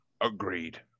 Agreed